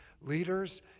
leaders